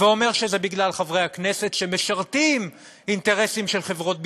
ואומר שזה בגלל חברי הכנסת שמשרתים אינטרסים של חברות ביטוח.